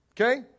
Okay